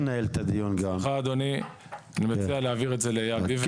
לעו"ד אייל ביבר.